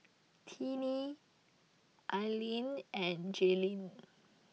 Tinie Aline and Jailene